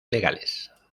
legales